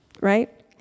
right